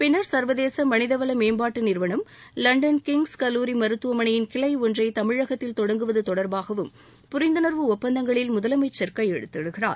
பின்னர் சர்வதேச மனிதவள மேம்பாட்டு நிறுவனம் லண்டன் கிய்ஸ் கல்லூரி மருத்துவமனையின் கிளை ஒன்றை தமிழகத்தில் தொடங்குவது தொடா்பாகவும் புரிந்துணா்வு ஒப்பந்தங்களில் முதலமைச்சா் கையெழுத்திடுகிறார்